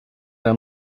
era